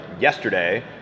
yesterday